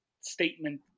statement